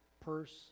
purse